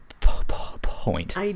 point